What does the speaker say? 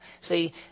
See